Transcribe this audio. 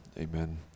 amen